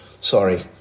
sorry